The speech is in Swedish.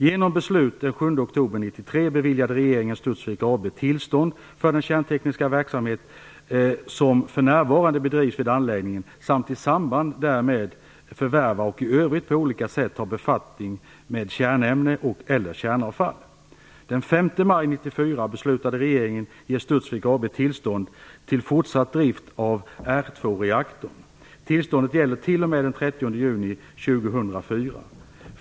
Genom beslut den 7 oktober 1993 beviljade regeringen Studsvik AB tillstånd för den kärntekniska verksamhet som för närvarande bedrivs vid anläggningen samt att i samband därmed förvärva och i övrigt på olika sätt ta befattning med kärnämnen eller kärnavfall. AB tillstånd till fortsatt drift av R 2-reaktorn. Tillståndet gäller t.o.m. den 30 juni 2004.